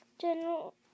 general